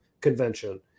convention